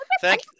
Thank